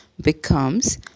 becomes